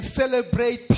celebrate